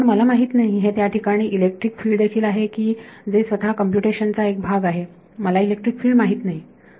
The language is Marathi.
पण मला माहित नाही हे त्या ठिकाणी इलेक्ट्रिक फिल्ड देखील आहे की जे स्वतः कम्प्युटेशन चा एक भाग आहे मला इलेक्ट्रिक फील्ड माहित नाही